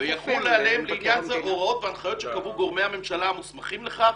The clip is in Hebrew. ויחולו עליהם לעניין זה הוראות והנחיות שקבעו גורמי הממשלה המוסמכים לכך